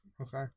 okay